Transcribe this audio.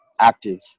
active